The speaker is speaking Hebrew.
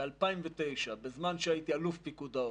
ב-2009, בזמן שהייתי אלוף פיקוד העורף,